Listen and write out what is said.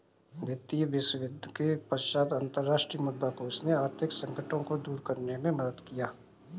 द्वितीय विश्वयुद्ध के पश्चात अंतर्राष्ट्रीय मुद्रा कोष ने आर्थिक संकटों को दूर करने में मदद किया